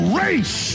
race